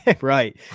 Right